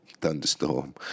thunderstorm